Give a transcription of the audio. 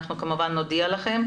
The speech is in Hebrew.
אנחנו כמובן נודיע לכם.